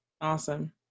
Awesome